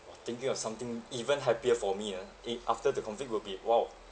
!wah! thinking of something even happier for me ah it after the COVID will be !wow!